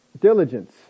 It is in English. diligence